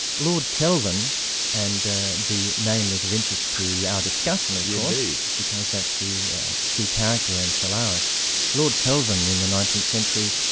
lord kelvin and the name is of interest to our discussion of yeah course, because that's the key character in solaris lord kelvin in the nineteenth century,